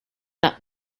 not